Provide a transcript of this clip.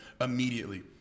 immediately